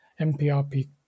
MPRP